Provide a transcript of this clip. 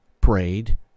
prayed